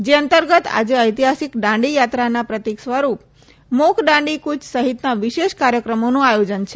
જે અંતર્ગત આજે ઐતિહાસિક દાંડી યાત્રાના પ્રતીકસ્વરૂપ મોક દાંડી ક્રચ સહિતના વિશેષ કાર્યક્રમોનું આયોજન છે